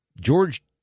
George